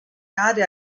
area